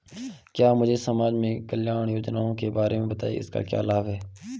क्या मुझे समाज कल्याण की योजनाओं के बारे में बताएँगे इसके क्या लाभ हैं?